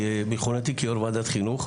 בכהונתי כיו"ר ועדת חינוך,